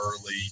early